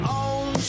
own